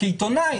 כעיתונאי,